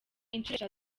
inshuro